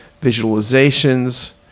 visualizations